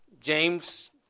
James